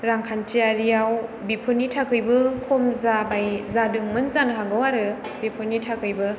रांखान्थियारियाव बिफोरनि थाखैबो खम जाबाय जादोंमोन जानो हागौ आरो बिफोरनि थाखायबो